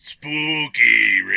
Spooky